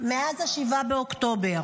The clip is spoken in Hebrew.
מאז 7 באוקטובר.